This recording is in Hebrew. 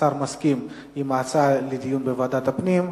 השר מסכים עם ההצעה לדיון בוועדת הפנים.